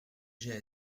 j’ai